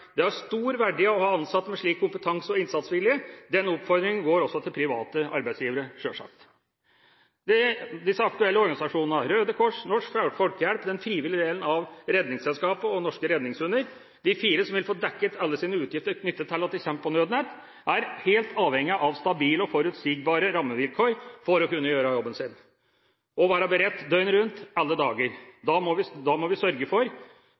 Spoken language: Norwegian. Det har stor verdi å ha ansatte med slik kompetanse og innsatsvilje. Den oppfordringen går også til private arbeidsgivere, sjølsagt. Disse aktuelle organisasjonene, Røde Kors, Norsk Folkehjelp, den frivillige delen av Redningsselskapet og Norske Redningshunder – de fire som vil få dekket alle sine utgifter knyttet til at de kommer på nødnett – er helt avhengige av stabile og forutsigbare rammevilkår for å kunne gjøre jobben sin og være beredt døgnet rundt alle dager. Da må vi sørge for